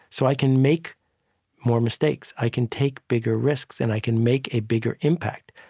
so i can make more mistakes. i can take bigger risks. and i can make a bigger impact.